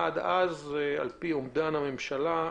עד אז, על פי אומדן הממשלה,